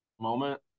moment